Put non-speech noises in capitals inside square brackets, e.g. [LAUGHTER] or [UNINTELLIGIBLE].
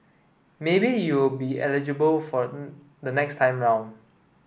maybe you will be eligible for [UNINTELLIGIBLE] the next time round